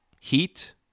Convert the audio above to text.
Heat